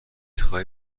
خوای